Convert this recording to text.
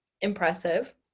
impressive